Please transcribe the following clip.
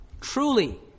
truly